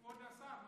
כבוד השר.